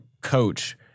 Coach